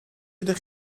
ydych